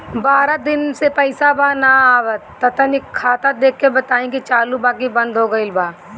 बारा दिन से पैसा बा न आबा ता तनी ख्ताबा देख के बताई की चालु बा की बंद हों गेल बा?